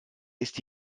ist